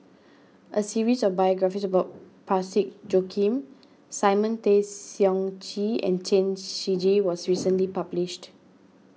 a series of biographies about Parsick Joaquim Simon Tay Seong Chee and Chen Shiji was recently published